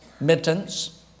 mittens